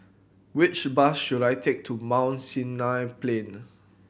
which bus should I take to Mount Sinai Plain